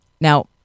Now